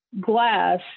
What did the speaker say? glass